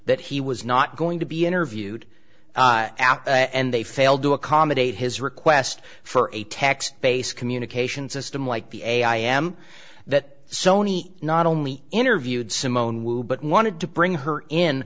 that he was not going to be interviewed and they failed to accommodate his request for a text based communication system like the a i am that sony not only interviewed simone but wanted to bring her in